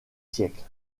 siècles